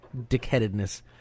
dickheadedness